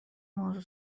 موضوع